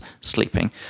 sleeping